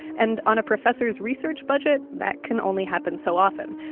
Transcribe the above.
and on a professor's research budget that can only happen so often,